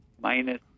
minus